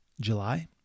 July